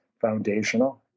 foundational